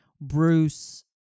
Bruce